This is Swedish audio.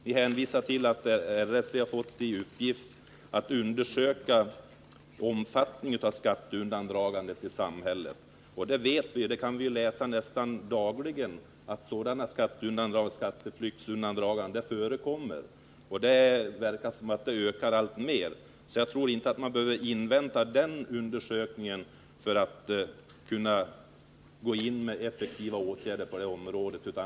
Ni hänvisar till att RSV fått till uppgift att undersöka omfattningen av skatteundandragandet i samhället. Vi vet det, vi kan nästan dagligen läsa att sådana skatteundandraganden förekommer. Det verkar som om de ökar alltmer. Jag tror inte att man behöver invänta den undersökningen för att kunna gå in med effektiva åtgärder på detta område.